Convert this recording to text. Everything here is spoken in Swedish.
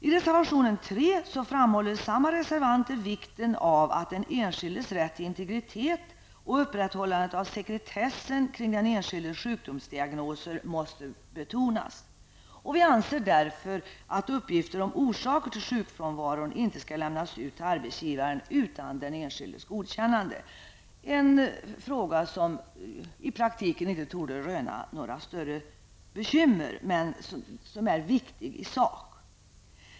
I reservation 3 framhåller samma reservanter att vikten av den enskildes rätt till integritet och upprätthållandet av sekretessen kring den enskildes sjukdomsdiagnoser måste betonas. Vi anser därför att uppgifter om orsaker till sjukfrånvaro inte skall lämnas ut till arbetsgivaren utan den enskildes godkännande. Detta är en fråga som i praktiken inte torde röna några större bekymmer men som är viktig i sak.